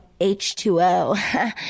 H2O